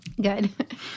Good